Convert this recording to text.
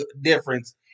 difference